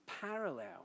parallel